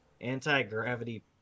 anti-gravity